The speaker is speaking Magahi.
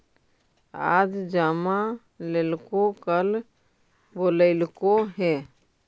आज जमा लेलको कल बोलैलको हे?